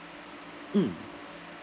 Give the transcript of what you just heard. mm